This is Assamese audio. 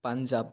পঞ্জাৱ